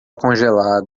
congelado